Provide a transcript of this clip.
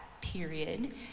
period